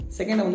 Second